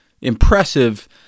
impressive